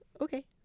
Okay